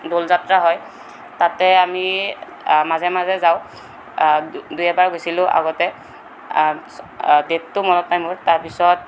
দৌল যাত্ৰা হয় তাতে আমি মাজে মাজে যাওঁ দুই এবাৰ গৈছিলোঁ আগতে ডেটটো মনত নাই মোৰ তাৰপিছত